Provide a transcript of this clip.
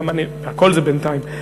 הכול זה בינתיים.